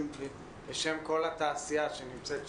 אני בשם כל התעשייה שנמצאת שם.